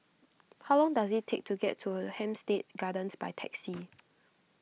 how long does it take to get to Hampstead Gardens by taxi